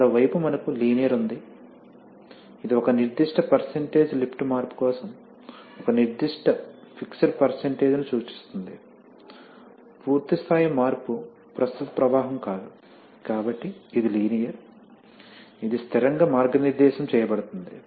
కాబట్టి మరోవైపు మనకు లీనియర్ ఉంది ఇది ఒక నిర్దిష్ట పెర్సెంటేజ్ లిఫ్ట్ మార్పు కోసం ఒక నిర్దిష్ట ఫిక్స్డ్ పెర్సెంటేజ్ ని సూచిస్తుంది పూర్తి స్థాయి మార్పు ప్రస్తుత ప్రవాహం కాదు కాబట్టి ఇది లీనియర్ ఇది స్థిరంగా మార్గనిర్దేశం చేయబడుతుంది